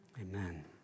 Amen